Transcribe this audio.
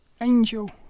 Angel